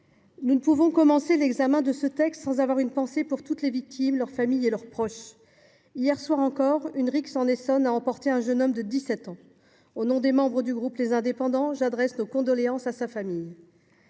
nous ne pouvons pas commencer l’examen de ce texte sans avoir une pensée pour toutes les victimes, leur famille et leurs proches. Hier soir encore, une rixe en Essonne a emporté un jeune homme de 17 ans. Au nom des membres du groupe Les Indépendants, j’adresse nos condoléances à sa famille.